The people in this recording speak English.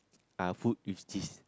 ah food with cheese